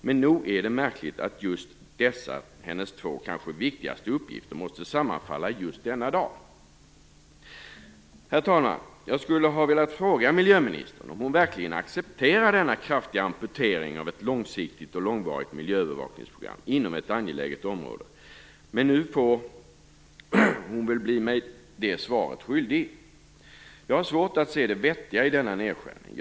Men nog är det märkligt att just dessa hennes två kanske viktigaste uppgifter måste sammanfalla denna dag. Herr talman! Jag skulle ha velat fråga miljöministern om hon verkligen accepterar denna kraftiga amputering av ett långsiktigt och långvarigt miljöövervakningsprogram inom ett angeläget område. Men nu får hon väl bli mig det svaret skyldig. Jag har svårt att se det vettiga i denna nedskärning.